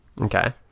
Okay